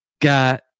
Got